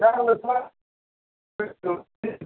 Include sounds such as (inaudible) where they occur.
(unintelligible)